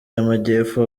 y’amajyepfo